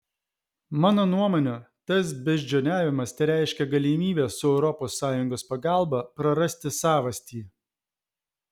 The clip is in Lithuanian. mano nuomone tas beždžioniavimas tereiškia galimybę su europos sąjungos pagalba prarasti savastį